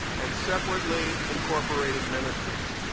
and separately incorporated ministries.